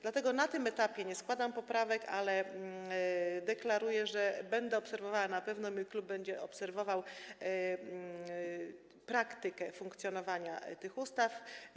Dlatego na tym etapie nie składam poprawek, ale deklaruję, że będę obserwowała, na pewno mój klub będzie obserwował, praktykę funkcjonowania tych ustaw.